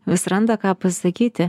vis randa ką pasakyti